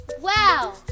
Wow